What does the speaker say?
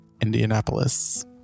Indianapolis